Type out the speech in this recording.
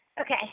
Okay